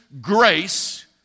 grace